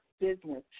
business